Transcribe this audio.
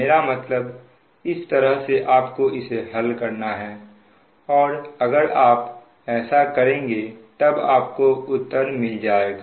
मेरा मतलब इस तरह से आपको इसे हल करना है और अगर आप ऐसा करेंगे तब आपको उत्तर मिल जाएगा